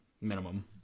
minimum